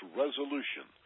resolution